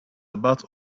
about